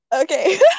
Okay